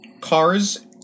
cars